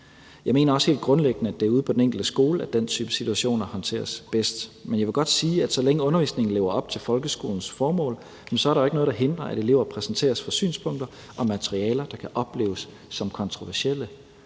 Jeg mener også helt grundlæggende, at det er ude på den enkelte skole, at den slags situationer håndteres bedst. Men jeg vil godt sige, at så længe undervisningen lever op til folkeskolens formål, er der jo ikke noget, der hindrer, at elever præsenteres for synspunkter og materialer, som kan opleves som kontroversielle.